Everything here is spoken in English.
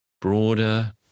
broader